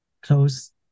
Close